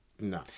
no